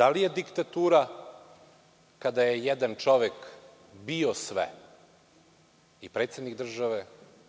Da li je diktatura kada je jedan čovek bio sve, i predsednik države,